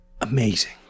Amazing